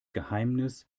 geheimnis